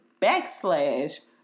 Backslash